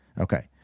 Okay